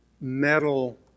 metal